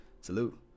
Salute